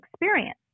experience